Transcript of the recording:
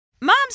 Moms